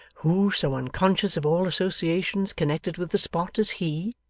who so unconscious of all associations connected with the spot, as he!